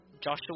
Joshua